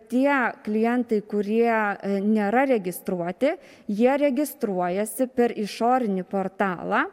tie klientai kurie nėra registruoti jie registruojasi per išorinį portalą